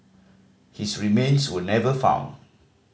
his remains were never found